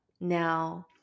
now